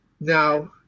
now